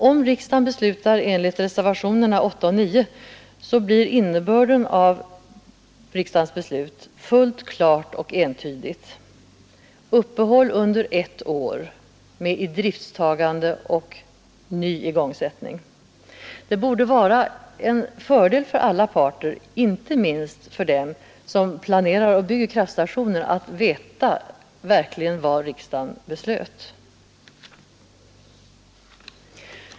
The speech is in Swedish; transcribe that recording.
Om riksdagen beslutar enligt reservationerna 8 och 9 blir innebörden av riksdagens beslut fullt klar och entydig — uppehåll under ett år med idrifttagande och ny igångsättning. Det borde vara en fördel för alla parter, inte minst för dem som planerar och bygger kraftverksstationer, att verkligen veta vad riksdagen har beslutat.